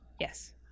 Yes